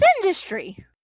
industry